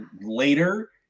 later